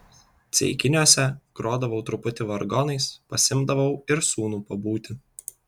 ceikiniuose grodavau truputį vargonais pasiimdavau ir sūnų pabūti